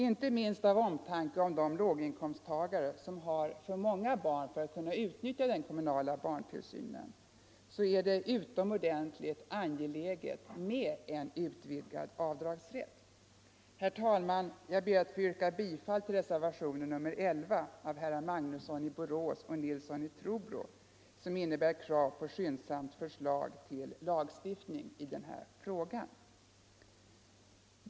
Inte minst av omtanke om de låginkomsttagare som har för många barn för att kunna utnyttja den kommunala barntillsynen är det utomordentligt angeläget med en utvidgad avdragsrätt. Herr talman! Jag ber att få yrka bifall till den vid skatteutskottets betänkande nr 54 fogade reservationen 11 av herrar Magnusson i Borås och Nilsson i Trobro, som innebär krav på skyndsamt förslag till lagstiftning i denna fråga.